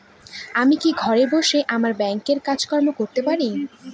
আমি কি ঘরে বসে আমার ব্যাংকের কাজকর্ম করতে পারব?